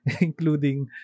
Including